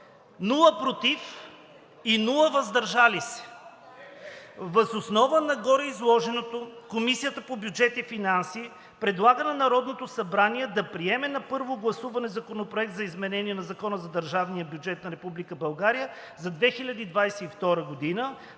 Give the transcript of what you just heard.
„против“ и „въздържал се“. Въз основа на гореизложеното Комисията по бюджет и финанси предлага на Народното събрание да приеме на първо гласуване Законопроект за изменение на Закона за държавния бюджет на Република